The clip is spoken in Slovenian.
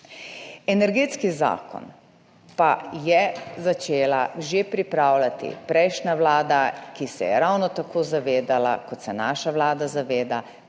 Energetski zakon pa je začela pripravljati že prejšnja vlada, ki se je ravno tako zavedala, kot se naša vlada zaveda,